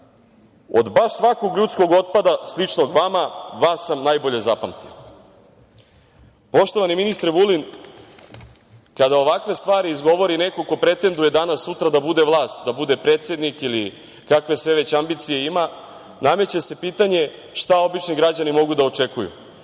od baš svakog ljudskog otpada sličnog vama vas sam najbolje zapamtio. Poštovani ministre Vulin, kada ovakve stvari izgovori neko ko pretenduje danas, sutra da bude vlast, da bude predsednik ili kakve sve već ambicije ima nameće se pitanje šta obični građani mogu da očekuju